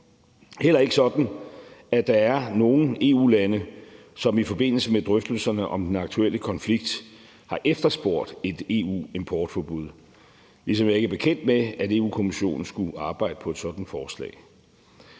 heller ikke sådan, at der er nogen EU-lande, som i forbindelse med drøftelserne om den aktuelle konflikt har efterspurgt et EU-importforbud, ligesom jeg ikke er bekendt med, at Europa-Kommissionen skulle arbejde på et sådant forslag.